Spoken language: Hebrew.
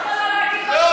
דבר אחד: אסרו עליו.